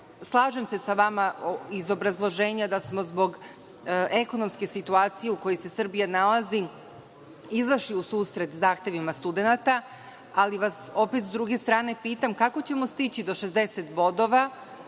slažem se sa vama, iz obrazloženja, da smo zbog ekonomske situacije u kojoj se Srbija nalazi izašli u susret zahtevima studenata, ali vas opet, sa druge strane, pitam – kako ćemo stići do 60 bodova